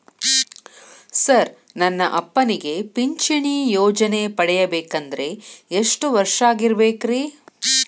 Sir ನನ್ನ ಅಪ್ಪನಿಗೆ ಪಿಂಚಿಣಿ ಯೋಜನೆ ಪಡೆಯಬೇಕಂದ್ರೆ ಎಷ್ಟು ವರ್ಷಾಗಿರಬೇಕ್ರಿ?